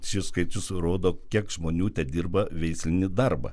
šis skaičius rodo kiek žmonių tedirba veislinį darbą